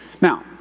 Now